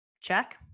check